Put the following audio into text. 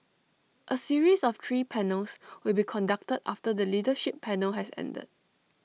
A series of three panels will be conducted after the leadership panel has ended